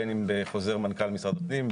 בין אם בחוזר מנכ"ל משרד הפנים,